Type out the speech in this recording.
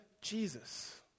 Jesus